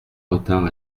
retard